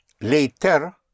Later